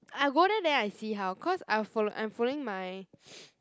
I go there then I see how cause I'll follow I'm following my